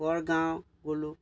গড়গাঁও গ'লোঁ